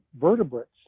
vertebrates